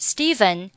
Stephen